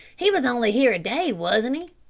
he was only here a day, wasn't he?